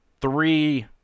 three